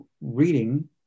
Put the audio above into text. reading